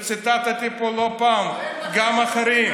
וציטטתי פה לא פעם גם אחרים,